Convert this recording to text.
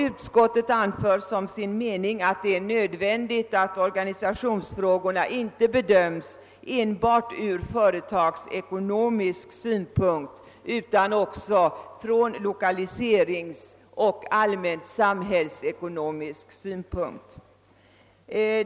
Utskottet anför som sin mening att det är nödvändigt att organisationsfrågorna inte bedöms enbart ur företagsekonomisk synvinkel utan också från lokaliseringssynpunkter och ur allmänt samhällsekonomiska aspekter.